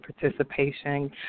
participation